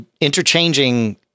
interchanging